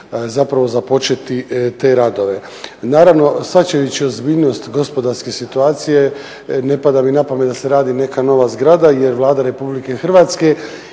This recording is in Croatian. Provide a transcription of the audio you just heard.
zapravo započeti te radove. Naravno shvaćajući ozbiljnost gospodarske situacije ne pada mi na pamet da se radi neka nova zgrada jer Vlada Republike Hrvatske